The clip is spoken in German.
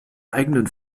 eigenen